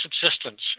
subsistence